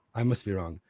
i must be wrong.